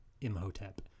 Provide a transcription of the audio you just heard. Imhotep